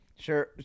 Sure